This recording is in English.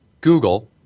Google